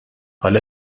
حالا